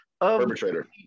Perpetrator